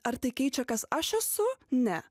ar tai keičia kas aš esu ne